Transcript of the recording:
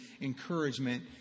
encouragement